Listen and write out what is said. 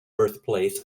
birthplace